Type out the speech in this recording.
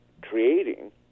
creating